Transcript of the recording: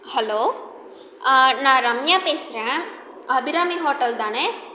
hello நான் ரம்யா பேசுகிறேன் Abirami hotel தானே